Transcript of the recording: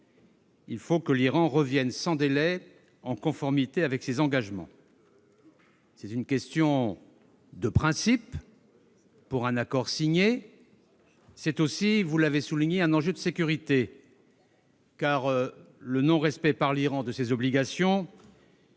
il faut que l'Iran se remette sans délai en conformité avec ses engagements. C'est une question de principe s'agissant d'un accord signé, mais aussi, comme vous l'avez souligné, un enjeu de sécurité. Car le non-respect par l'Iran de ses obligations